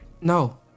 No